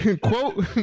quote